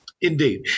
Indeed